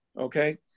okay